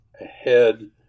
ahead